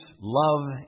love